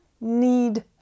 need